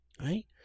Right